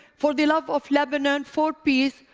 for the love of lebanon, for peace,